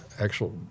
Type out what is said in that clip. actual